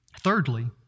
Thirdly